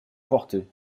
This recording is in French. portée